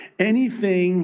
anything